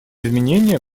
изменения